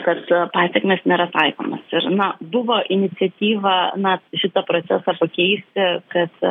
kad pasekmės nėra taikomos ir na buvo iniciatyva na šitą procesą pakeisti kad